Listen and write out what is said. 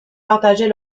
partager